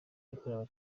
yakorewe